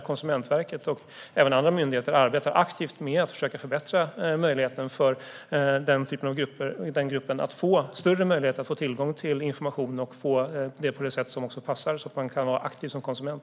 Konsumentverket och även andra myndigheter arbetar aktivt med att försöka förbättra möjligheterna för den här gruppen att få större tillgång till information och få det på ett sådant sätt att man kan vara aktiv som konsument.